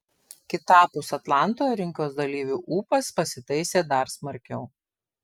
kitapus atlanto rinkos dalyvių ūpas pasitaisė dar smarkiau